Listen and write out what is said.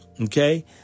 Okay